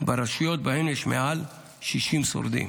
ברשויות שבהן יש מעל 60 שורדים.